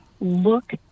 look